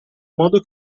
modo